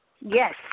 Yes